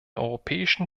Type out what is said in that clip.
europäischen